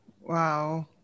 wow